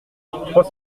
trois